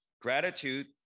Gratitude